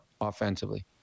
offensively